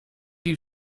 you